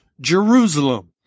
Jerusalem